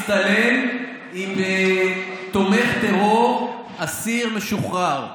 שהצטלם עם תומך טרור, אסיר משוחרר.